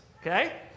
okay